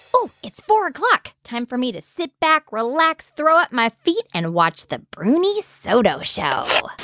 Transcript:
oh, it's four o'clock. time for me to sit back, relax, throw up my feet and watch the bruni soto show